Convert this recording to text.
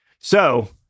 So-